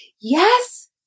yes